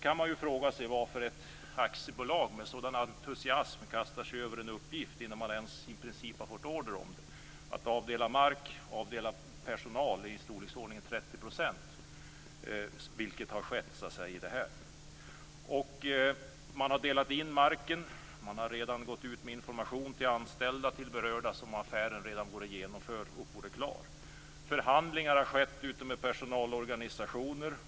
Man kan fråga sig varför ett aktiebolag med sådan entusiasm kastar sig över en uppgift innan man ens fått order om det, och avdelar mark och personal i storleksordningen 30 %, vilket är vad som har skett. Man har delat in marken. Man har redan gått ut med information till anställda och berörda som om affären redan vore genomförd och klar. Förhandlingar har skett med personalorganisationer.